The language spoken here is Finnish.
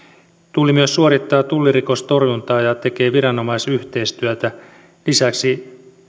tulli myös suorittaa tullirikostorjuntaa ja tekee viranomaisyhteistyötä lisäksi